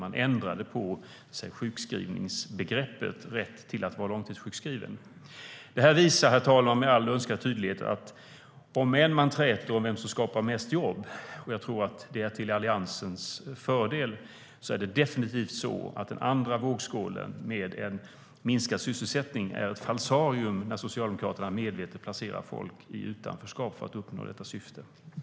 Man ville ändra på sjukförsäkringsbegreppet för rätt att vara långtidssjukskriven.